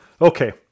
Okay